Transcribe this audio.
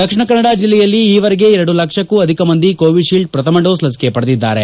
ದಕ್ಷಿಣ ಕನ್ನಡ ಜಿಲ್ಲೆಯಲ್ಲಿ ಈವರೆಗೆ ಎರಡು ಲಕ್ಷಕ್ಕೂ ಅಧಿಕ ಮಂದಿ ಕೋವಿಶೀಲ್ಡ್ ಪ್ರಥಮ ಡೋಸ್ ಲಸಿಕೆ ಪಡೆದಿದ್ದಾರೆ